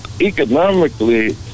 economically